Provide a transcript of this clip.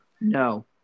No